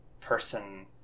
person